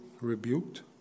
rebuked